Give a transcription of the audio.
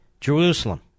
Jerusalem